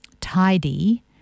tidy